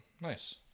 Nice